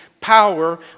power